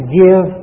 give